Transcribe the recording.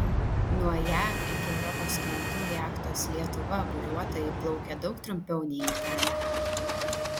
nuo jav iki europos krantų jachtos lietuva buriuotojai plaukė daug trumpiau nei į ten